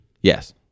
Yes